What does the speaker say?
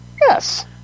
Yes